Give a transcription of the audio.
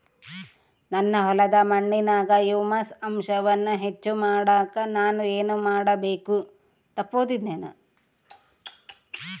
ನನ್ನ ಹೊಲದ ಮಣ್ಣಿನಾಗ ಹ್ಯೂಮಸ್ ಅಂಶವನ್ನ ಹೆಚ್ಚು ಮಾಡಾಕ ನಾನು ಏನು ಮಾಡಬೇಕು?